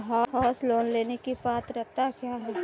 House loan लेने की पात्रता क्या है?